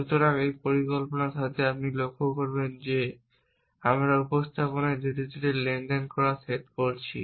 সুতরাং এই পরিকল্পনার সাথে আপনি লক্ষ্য করবেন যে আমরা উপস্থাপনায় ধীরে ধীরে লেনদেন করার সেট করেছি